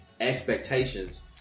expectations